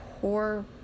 poor